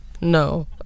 no